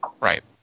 Right